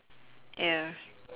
air